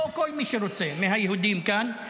או כל מי שרוצה מהיהודים כאן,